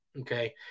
Okay